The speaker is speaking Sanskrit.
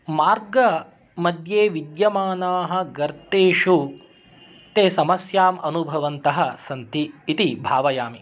मार्गमध्ये विद्यमानाः गर्तेषु ते समस्याम् अनुभवन्तः सन्ति इति भावयामि